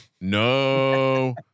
no